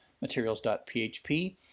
materials.php